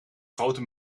grote